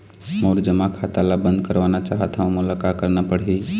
मोर जमा खाता ला बंद करवाना चाहत हव मोला का करना पड़ही?